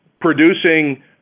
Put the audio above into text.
producing